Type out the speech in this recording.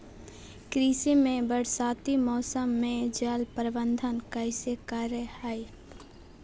कृषि में बरसाती मौसम में जल प्रबंधन कैसे करे हैय?